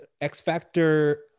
x-factor